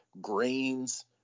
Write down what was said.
grains